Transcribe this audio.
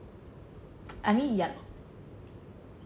I mean ya